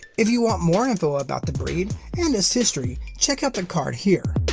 if you want more info about the breed and its history, check out the card here.